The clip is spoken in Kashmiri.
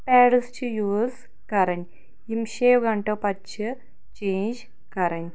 پیڈٕس چھِ یوٗز کَرٕنۍ یم شیٚیَو گھنٹو پَتہٕ چھِ چینٛج کَرٕنۍ